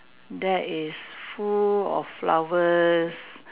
that is full of flowers